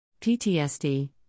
PTSD